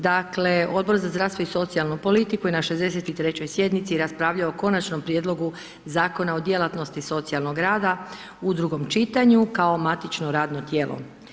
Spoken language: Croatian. Dakle, Odbor za zdravstvo i socijalnu politiku je na 63.-oj sjednici raspravljao o Konačnom prijedlogu Zakona o djelatnosti socijalnog rada u drugom čitanju, kao Matično radno tijelo.